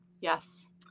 Yes